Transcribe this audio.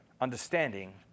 understanding